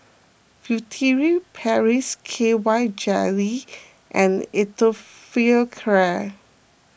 Furtere Paris K Y Jelly and Atopiclair